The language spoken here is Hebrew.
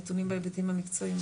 נתונים בהיבטים המקצועיים,